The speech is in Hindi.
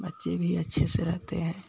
बच्चे भी अच्छे से रहते हैं